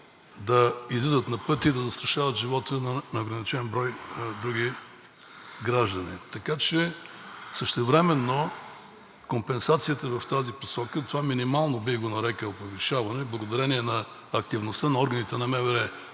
да излизат на пътя и да застрашават живота на неограничен брой други граждани. Така че същевременно компенсацията в тази посока, това минимално, бих го нарекъл, повишаване е благодарение на активността на органите на МВР.